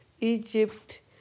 Egypt